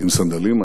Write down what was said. עם סנדלים,